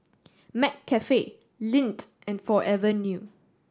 McCafe Lindt and Forever New